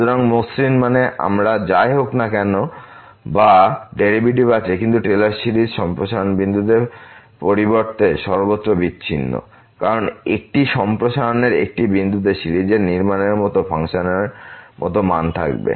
সুতরাং মসৃণ মানে আমরা যাই হোক না কেন বা ডেরিভেটিভ আছে কিন্তু টেলর সিরিজ সম্প্রসারণ বিন্দু পরিবর্তে সর্বত্র বিচ্ছিন্ন কারণ একটি সম্প্রসারণের একটি বিন্দু সিরিজের নির্মাণের মতো ফাংশনের মতো মান থাকবে